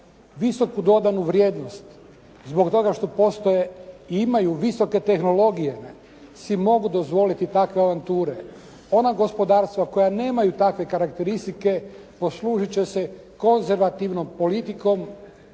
visoku dodanu vrijednost zbog toga što postoje i imaju visoke tehnologije si mogu dozvoliti takve avanture. Ona gospodarstva koja nemaju takve karakteristike poslužit će se konzervativnom politikom